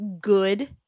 good